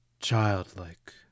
childlike